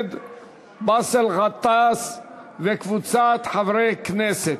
הכנסת באסל גטאס וקבוצת חברי הכנסת.